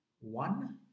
One